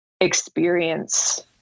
experience